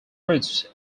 roots